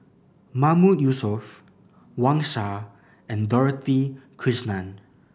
Mahmood Yusof Wang Sha and Dorothy Krishnan